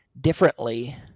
differently